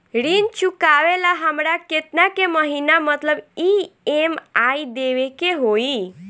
ऋण चुकावेला हमरा केतना के महीना मतलब ई.एम.आई देवे के होई?